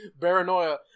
paranoia